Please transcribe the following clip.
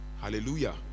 Hallelujah